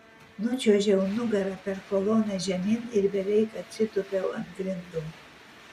nučiuožiau nugara per koloną žemyn ir beveik atsitūpiau ant grindų